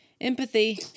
Empathy